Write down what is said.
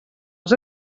els